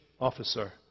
officer